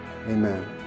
amen